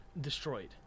destroyed